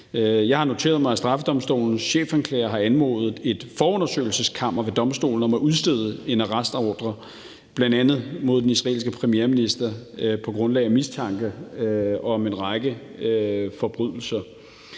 Jeg har noteret mig, at straffedomstolens chefanklager har anmodet et forundersøgelseskammer ved domstolen om at udstede en arrestordre, bl.a. mod den israelske premierminister på grundlag af mistanke om en række forbrydelser.